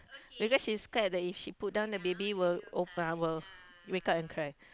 because she scared that if she put down the baby will o~ ah will wake up and cry